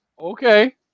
Okay